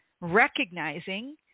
recognizing